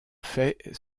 fait